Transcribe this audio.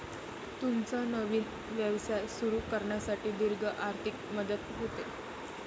तुमचा नवीन व्यवसाय सुरू करण्यासाठी दीर्घ आर्थिक मदत होते